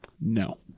No